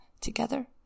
together